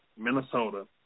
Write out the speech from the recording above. Minnesota